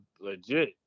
legit